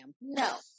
No